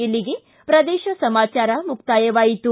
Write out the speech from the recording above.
ಇಲ್ಲಿಗೆ ಪ್ರದೇಶ ಸಮಾಚಾರ ಮುಕ್ತಾಯವಾಯಿತು